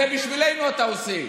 זה בשבילנו אתה עושה.